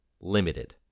limited